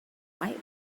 wife